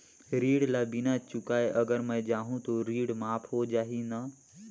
ऋण ला बिना चुकाय अगर मै जाहूं तो ऋण माफ हो जाही न?